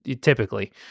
typically